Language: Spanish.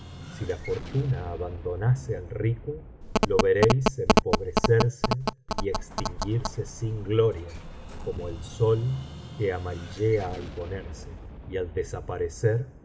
si la fortuna abandonase al rico lo veréis empobrecerse y extinguirse sin gloria como el sol que amarillea al ponerse y al desaparecer